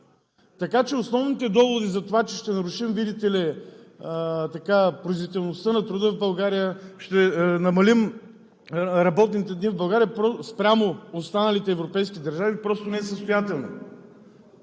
Така че основните доводи за това, че ще нарушим, видите ли, производителността на труда в България, ще намалим работните дни спрямо останалите европейски държави, просто не са състоятелни.